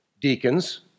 deacons